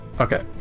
Okay